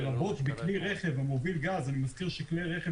לרבות בכלי רכב המוביל גז" אני מזכיר שכלי רכב